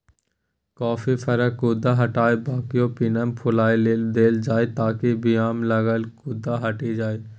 coffee फरक गुद्दा हटाए बीयाकेँ पानिमे फुलए लेल देल जाइ ताकि बीयामे लागल गुद्दा हटि जाइ